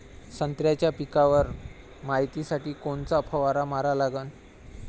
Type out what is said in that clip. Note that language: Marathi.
संत्र्याच्या पिकावर मायतीसाठी कोनचा फवारा मारा लागन?